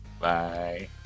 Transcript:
Bye